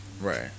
Right